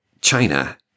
China